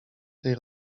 tej